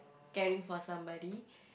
caring for somebody